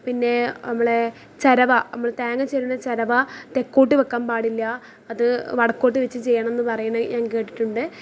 പിന്നെ നമ്മളെ ചിരവ നമ്മൾ തേങ്ങ ചിരവണ ചിരവ തെക്കോട്ട് വയ്ക്കാൻ പാടില്ല അത് വടക്കോട്ട് വച്ച് ചെയ്യണം എന്ന് പറയുന്നത് ഞാൻ കേട്ടിട്ടുണ്ട്